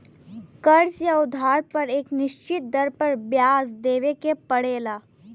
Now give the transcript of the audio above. कर्ज़ या उधार पर एक निश्चित दर पर ब्याज देवे के पड़ला